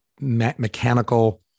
mechanical